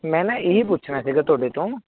ਮੈਂ ਨਾ ਇਹ ਹੀ ਪੁੱਛਣਾ ਸੀਗਾ ਤੁਹਾਡੇ ਤੋਂ